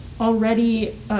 already